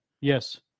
Yes